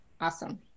Awesome